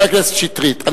חבר הכנסת שטרית,